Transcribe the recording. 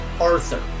Arthur